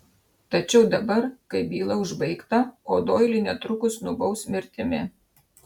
tačiau dabar kai byla užbaigta o doilį netrukus nubaus mirtimi